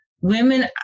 Women